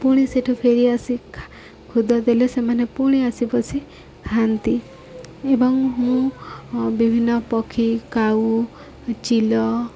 ପୁଣି ସେଇଠୁ ଫେରି ଆସି ଖୁଦ ଦେଲେ ସେମାନେ ପୁଣି ଆସି ବସି ଖାଆନ୍ତି ଏବଂ ମୁଁ ବିଭିନ୍ନ ପକ୍ଷୀ କାଉ ଚିଲ